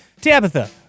Tabitha